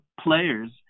players